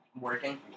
Working